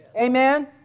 Amen